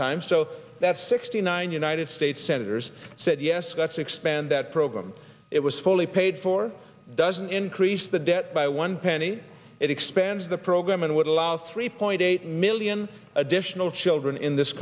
time so that sixty nine united states senators said yes let's expand that program it was fully paid for doesn't increase the debt by one penny it expands the program and would allow three point eight million additional children in this